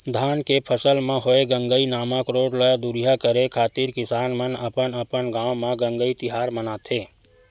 धान के फसल म होय गंगई नामक रोग ल दूरिहा करे खातिर किसान मन अपन अपन गांव म गंगई तिहार मानथे